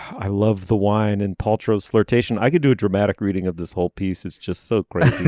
i love the wine and paltrow flirtation. i could do a dramatic reading of this whole piece is just so great